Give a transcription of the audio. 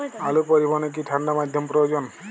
আলু পরিবহনে কি ঠাণ্ডা মাধ্যম প্রয়োজন?